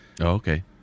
okay